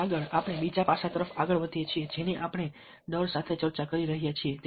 અને આગળ આપણે બીજા પાસાં તરફ આગળ વધીએ છીએ જેની આપણે ડર સાથે ચર્ચા કરી રહ્યા છીએ